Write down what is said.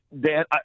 Dan